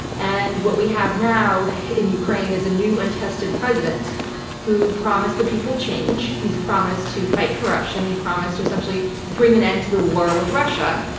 and what we have now in ukraine is a new untested president who promised the people change. he's promised to fight corruption and he promised to essentially bring an end to the war with russia.